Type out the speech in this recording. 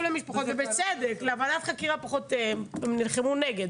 בוועדת חקירה הם נלחמו נגד.